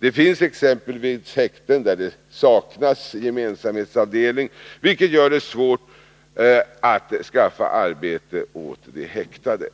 Det finns exempelvis häkten där det saknas gemensamhetsavdelning, vilket gör det svårt att skaffa arbete åt de häktade.